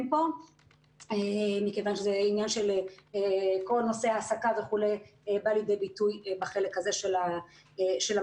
פה מכיוון שכל נושא העסקה וכו' בא לידי ביטוי בחלק הזה של הממ"ח.